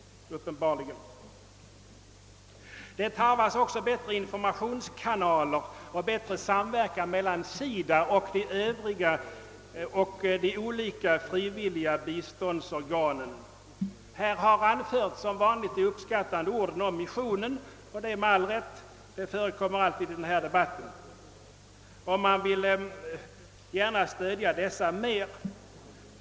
Det tarvas också bättre informationskanaler och bättre samverkan mellan SIDA och de olika frivilliga biståndsorganen. Här har som vanligt i ulandsdebatter yttrats uppskattande ord om missionen och detta med all rätt. Många vill gärna stödja missionen mera.